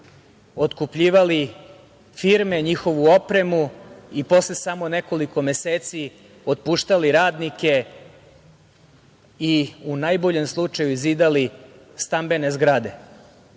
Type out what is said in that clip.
otkupljivali firme, njihovu opremu i posle samo nekoliko meseci otpuštali radnike i u najboljem slučaju zidali stambene zgrade